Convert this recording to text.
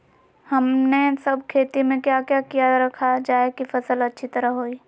हमने सब खेती में क्या क्या किया रखा जाए की फसल अच्छी तरह होई?